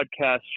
podcast